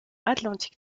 atlantique